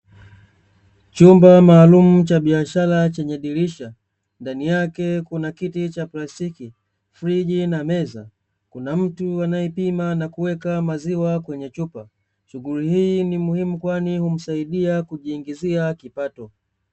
Chumba maalumu cha biashara chenye dirisha, ndani yake kuna kiti cha plastiki, friji na meza, kuna mtu anayepima na kuweka maziwa kwenye chupa. Shughuli hii ni muhimu kwani humsaidia kujiingizia kipato.